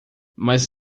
mas